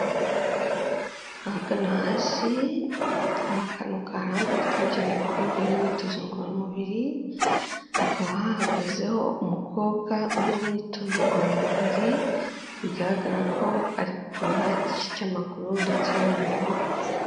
Ahagana hasi hari akantu kaharambuye kagenewe gukorerwaho imyitozo ngororamubiri, hakaba hahagazeho umukobwa uri mu myitozo ngororamubiri, bigaragara ko ari kugorora igice cy'amaguru ndetse no mu maboko.